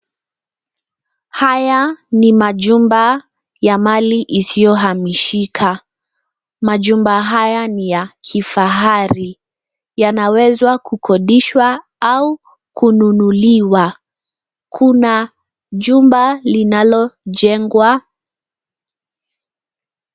Haya ni majumba ya mali isiyohamishika. Majumba haya ni ya kifahari. Yanaweza kukodishwa au kununuliwa. Kuna jumba linalojengwa.